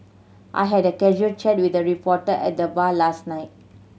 I had a casual chat with a reporter at the bar last night